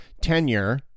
tenure